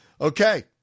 Okay